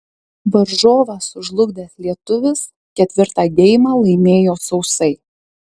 varžovą sužlugdęs lietuvis ketvirtą geimą laimėjo sausai